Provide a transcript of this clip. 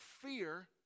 fear